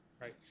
right